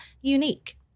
unique